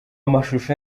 amashusho